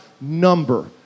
number